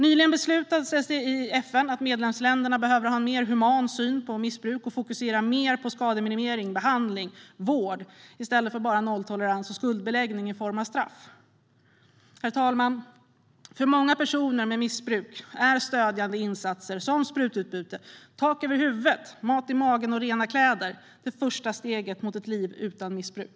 Nyligen beslutades i FN att medlemsländerna behöver ha en mer human syn på missbruk och fokusera mer på skademinimering, behandling och vård i stället för bara på nolltolerans och skuldbeläggning i form av straff. Herr talman! För många personer med missbruk är stödjande insatser som sprutbyte, tak över huvudet, mat i magen och rena kläder det första steget mot ett liv utan missbruk.